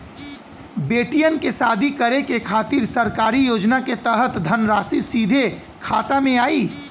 बेटियन के शादी करे के खातिर सरकारी योजना के तहत धनराशि सीधे खाता मे आई?